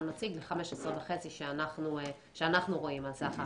מציג לבין 15.5 שאנחנו רואים על סך ההחלטה.